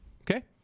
okay